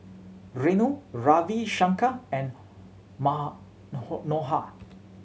Renu Ravi Shankar and